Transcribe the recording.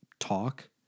Talk